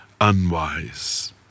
unwise